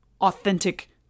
authentic